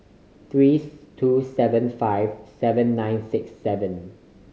three two seven five seven nine six seven